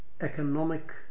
economic